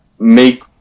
make